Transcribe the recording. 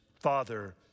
Father